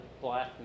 black